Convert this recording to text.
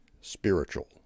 spiritual